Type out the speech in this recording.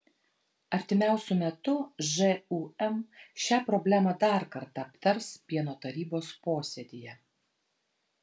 artimiausiu metu žūm šią problemą dar kartą aptars pieno tarybos posėdyje